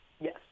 Yes